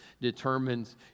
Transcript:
determines